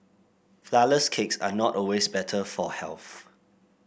flourless cakes are not always better for health